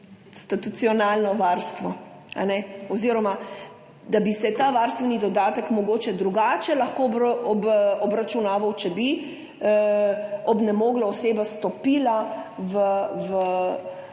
institucionalno varstvo, a ne, oziroma da bi se ta varstveni dodatek mogoče drugače lahko obračunaval, če bi obnemogla oseba stopila v